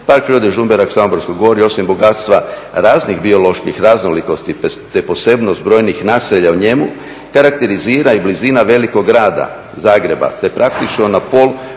Park prirode Žumberak Samoborsko gorje osim bogatstva raznih bioloških raznolikosti te posebnost brojnih naselja u njemu karakterizira i blizina velikog grada Zagreba, te praktično na pol